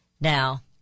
Now